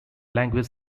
language